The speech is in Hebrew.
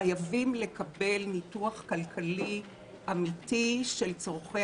חייבים לקבל ניתוח כלכלי אמיתי של צורכי